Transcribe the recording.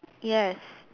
yes